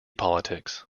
politics